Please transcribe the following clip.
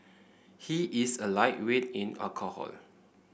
he is a lightweight in alcohol